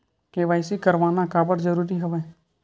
KYC करवाना काबर जरूरी हवय?